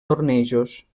tornejos